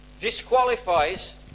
disqualifies